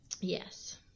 Yes